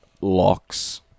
locks